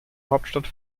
hauptstadt